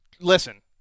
listen